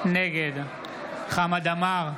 נגד חמד עמאר,